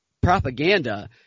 propaganda